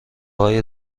های